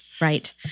right